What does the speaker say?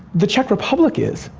the czech republic is.